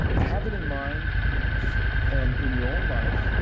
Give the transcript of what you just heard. have it in mind and in your own life,